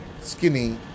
skinny